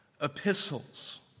epistles